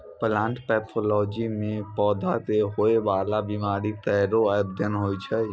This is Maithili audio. प्लांट पैथोलॉजी म पौधा क होय वाला बीमारी केरो अध्ययन होय छै